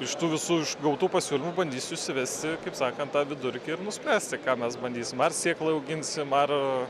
iš tų visų išgautų pasiūlymų bandysiu išsivesti kaip sakant tą vidurkį ir nuspręsti ką mes bandysim ar sėklai auginsim ar